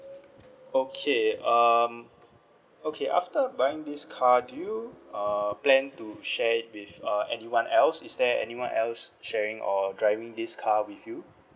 okay um okay after buying this car do you uh plan to share it with uh anyone else is there anyone else sharing or driving this car with you